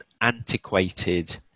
antiquated